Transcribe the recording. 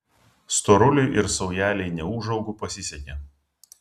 storuliui ir saujelei neūžaugų pasisekė